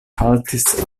haltis